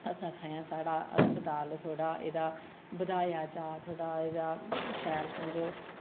अस आक्खै दे आं साढ़ा अस्पताल थोह्ड़ा एह्दा बधाया जा थोह्ड़ा एह्दा शैल समझो